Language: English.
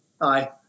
Aye